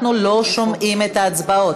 אנחנו לא שומעים את ההצבעות.